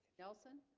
nelson